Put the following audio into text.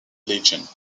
legions